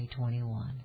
2021